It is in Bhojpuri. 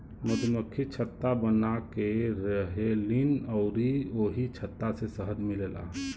मधुमक्खि छत्ता बनाके रहेलीन अउरी ओही छत्ता से शहद मिलेला